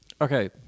Okay